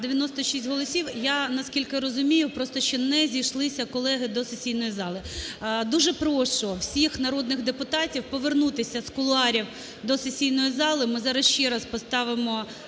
За-96 Я наскільки розумію, просто ще не зійшлися колеги до сесійної зали. Дуже прошу всіх народних депутатів повернутися з кулуарів до сесійної зали. Ми зараз ще раз поставимо